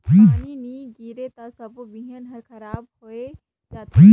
पानी नई गिरे त सबो बिहन हर खराब होए जथे